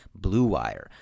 BLUEWIRE